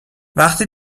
وقتی